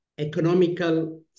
economical